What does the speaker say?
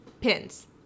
Pins